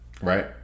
Right